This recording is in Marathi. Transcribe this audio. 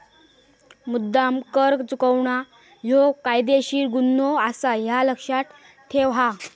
मुद्द्दाम कर चुकवणा ह्यो कायदेशीर गुन्हो आसा, ह्या लक्ष्यात ठेव हां